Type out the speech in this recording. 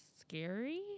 scary